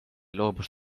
loobus